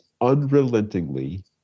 unrelentingly